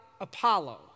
Apollo